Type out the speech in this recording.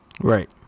Right